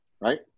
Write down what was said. right